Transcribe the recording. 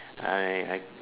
I I